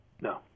no